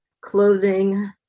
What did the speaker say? clothing